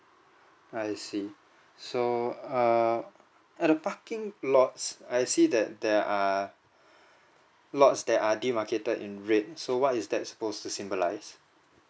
I see so err at the parking lots I see that there are lots that are they demarcated in red so what is that suppose to symbolise